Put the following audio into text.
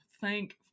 Thank